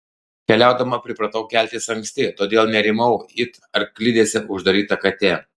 keliaudama pripratau keltis anksti todėl nerimau it arklidėse uždaryta katė